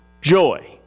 joy